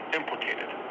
implicated